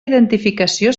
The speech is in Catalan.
identificació